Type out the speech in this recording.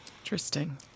Interesting